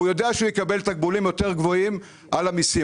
והוא יודע שהוא יקבל תקבולים יותר גבוהים על המיסים.